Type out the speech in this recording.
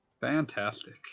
Fantastic